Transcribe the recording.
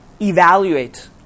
evaluate